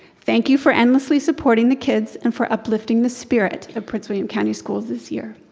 thank you for endlessly supporting the kids and for uplifting the spirit of prince william county schools this year.